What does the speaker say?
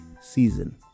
season